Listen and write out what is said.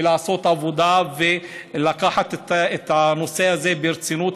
לעשות עבודה ולקחת את הנושא הזה ברצינות,